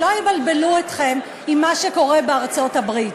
שלא יבלבלו אתכם עם מה שקורה בארצות-הברית,